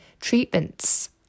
treatments